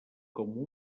com